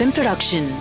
Production